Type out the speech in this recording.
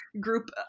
group